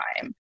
time